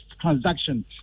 transactions